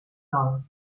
dol